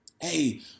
hey